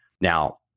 Now